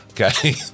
okay